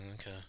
okay